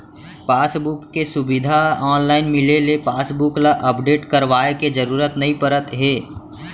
passbook के सुबिधा online मिले ले पासबुक ल अपडेट करवाए के जरूरत नइ परत हे